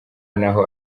naho